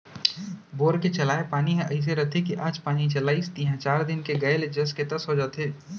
bore के चलाय पानी ह अइसे रथे कि आज पानी चलाइस तिहॉं चार दिन के गए ले जस के तस हो जाथे